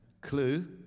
Clue